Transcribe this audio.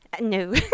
no